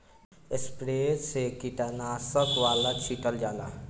sprayer से कीटनाशक वाला छीटल जाला